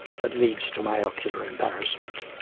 that lead to my ocular embarrassment.